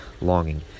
longing